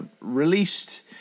Released